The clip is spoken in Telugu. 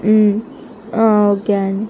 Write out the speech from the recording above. ఓకే అండి